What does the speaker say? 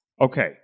Okay